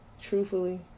truthfully